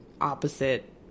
opposite